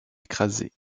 écrasé